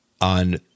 on